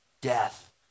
Death